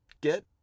get